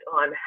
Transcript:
on